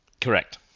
Correct